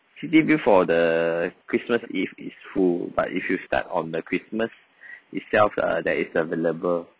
city view for the christmas eve is full but if you start on the christmas itself uh that is available